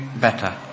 better